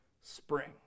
Spring